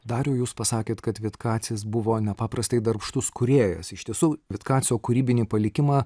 dariau jūs pasakėt kad vitkacis buvo nepaprastai darbštus kūrėjas iš tiesų vitkacio kūrybinį palikimą